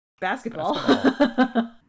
basketball